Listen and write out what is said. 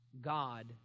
God